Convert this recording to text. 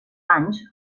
anys